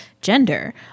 gender